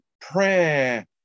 prayer